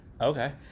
okay